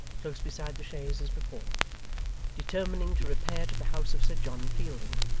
close beside the chaise as before determining to repair to the house of sir john fielding,